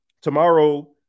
tomorrow